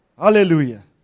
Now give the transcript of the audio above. Hallelujah